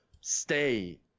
stay